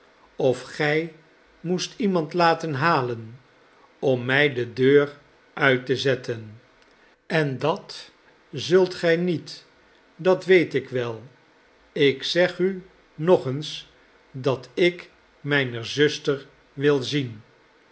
of gij moest iemand laten halen om mij de deur uit te zetten en dat zult gij niet dat weet ik wel ik zeg u nog eens dat ik mijne zuster wil zien